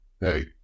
Hey